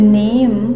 name